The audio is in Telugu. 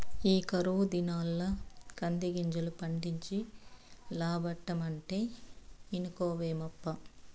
ఈ కరువు దినాల్ల కందిగింజలు పండించి లాబ్బడమంటే ఇనుకోవేమప్పా